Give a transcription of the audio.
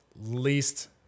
least